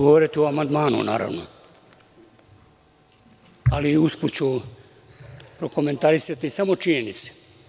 Govoriću o amandmanu, ali usput ću prokomentarisati samo činjenice.